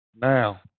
Now